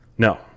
No